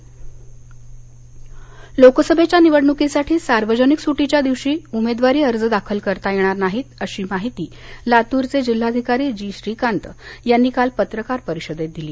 लातर लोकसभेच्या निवडणुकीसाठी सार्वजनिक सुट्टीच्या दिवशी उमेदवारी अर्ज दाखल करता येणार नाहीत अशी माहिती लातूरचे जिल्हाधिकारी जी श्रीकांत यांनी काल पत्रकार परिषदेत दिली